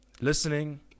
listening